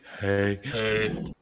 Hey